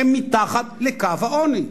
הם מתחת לקו העוני.